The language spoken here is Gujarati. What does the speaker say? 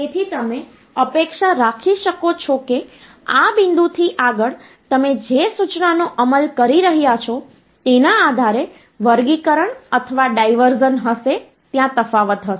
તેથી તમે અપેક્ષા રાખી શકો છો કે આ બિંદુથી આગળ તમે જે સૂચનાનો અમલ કરી રહ્યાં છો તેના આધારે વર્ગીકરણ અથવા ડાયવર્ઝન હશે ત્યાં તફાવત હશે